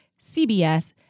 CBS